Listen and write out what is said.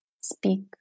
speak